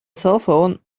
cellphone